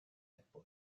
apple